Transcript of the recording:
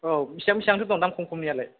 औ बेसेबां बेसेबांथो दं दाम खम खमनियालाय